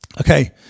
Okay